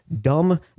dumb